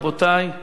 רבותי,